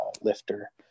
lifter